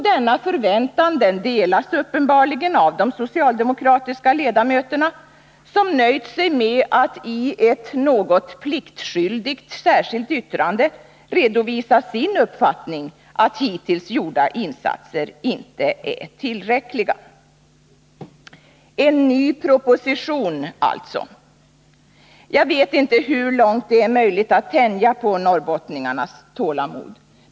Den förväntan delas uppenbarligen av de socialdemokratiska utskottsledamöterna, som nöjt sig med att i ett något pliktskyldigt särskilt yttrande redovisa sin uppfattning att hittills gjorda insatser inte är tillräckliga. En ny proposition kommer alltså. Jag vet inte hur långt det är möjligt att tänja på norrbottningarnas tålamod.